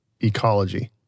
ecology